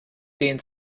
dehnt